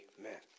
Amen